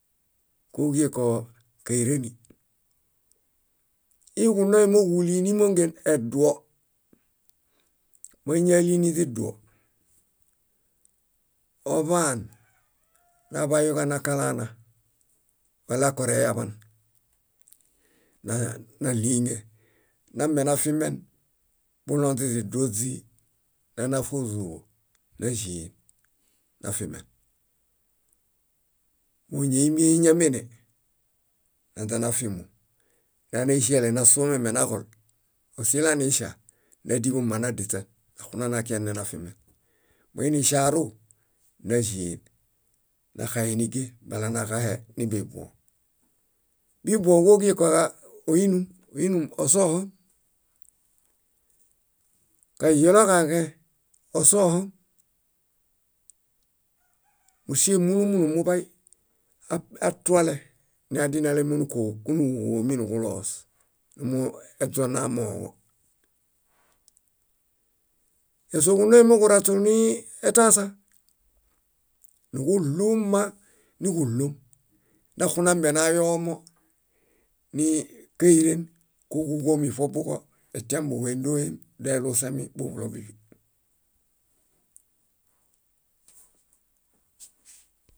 . Kóġuġie koo káireni. Íi kunoi móġulinimongen eduo. Máñali niźiduo oḃaan naḃayuġanakalana wala koreyaḃan, ná- náɭiine, nambenafimen buɭoŋ źiźiduo źíi, nana fózuḃo náĵeen, nafimen. Móñoimiehe íñamene, naźanafimu. Nana íŝiale nasuomiamenaġol osilaniŝa, nádiḃu mma nadiśen naxunanakiġanenafimen. Moiniŝaru, náĵeen, náxahenige balanaġahe nibibuõ. Bibuõ kóġie koo óinum, óinum osohom, kahielo kaġẽ osohom. Múŝie múlu múlu muḃay atuale nadinale moo kónuġuġomi niġuloos: móetonamooġo. Ñásoo kunoi moġuraśu nii etaasa, níɭuu mma níġuɭuom náxunambenayomo nii káiren kóġuġomi ṗobuġo etiambuġo éndoem doelusemi buḃulo bíḃi.